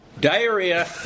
diarrhea